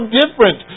different